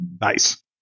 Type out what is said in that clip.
Nice